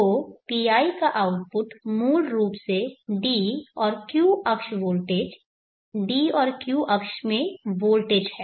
तो PI का output मूल रूप से d और q अक्ष वोल्टेज d और q अक्ष में वोल्टेज हैं